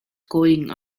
going